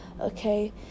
Okay